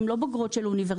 הן לא בוגרות של אוניברסיטאות.